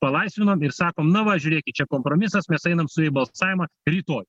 palaisvinom ir sakom na va žiūrėkit čia kompromisas mes einam su į balsavimą rytoj